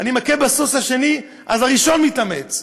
אני מכה בסוסי השני, אז הראשון מתאמץ.